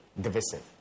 divisive